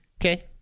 okay